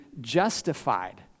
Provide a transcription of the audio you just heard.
justified